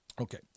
Okay